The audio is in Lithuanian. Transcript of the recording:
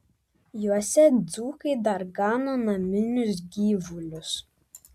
juose dzūkai dar gano naminius gyvulius